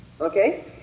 Okay